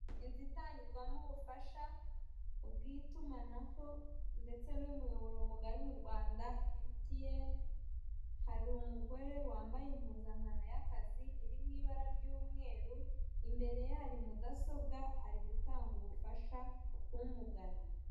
Inzu itangirwamo ubufasha bw'itumanaho ndetse n'umuyoboro mugari mu Rwanda MTN, hari umugore wambaye impuzankano y'akazi iri mu ibara ry'umweru, imbere ye hari mudasobwa, ari gutanga ubufasha k'umugana.